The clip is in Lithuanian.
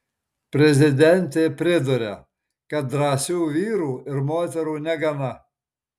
prezidentė priduria kad drąsių vyrų ir moterų negana